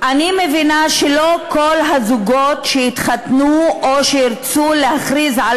אני מבינה שלא כל הזוגות שיתחתנו או שירצו להכריז על